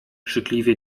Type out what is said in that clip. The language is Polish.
krzykliwie